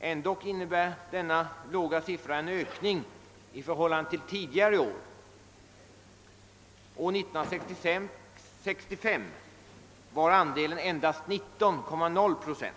Ändå innebär denna låga siffra en ökning i förhållande till tidigare år. År 1965 var andelen endast 19,0 procent.